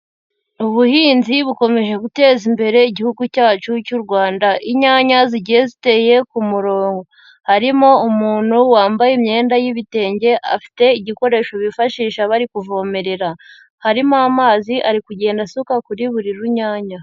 Ubuhinzi bukomeje guteza imbere Igihugu cyacu cy'u Rwanda, inyanya zigiye ziteye ku murongo, harimo umuntu wambaye imyenda y'ibitenge, afite igikoresho bifashisha bari kuvomerera, harimo amazi ari kugenda asuka kuri buri runyanya.